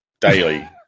Daily